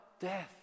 death